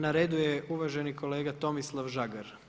Na redu je uvaženi kolega Tomislav Žagar.